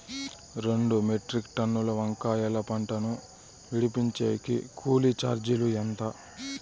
రెండు మెట్రిక్ టన్నుల వంకాయల పంట ను విడిపించేకి కూలీ చార్జీలు ఎంత?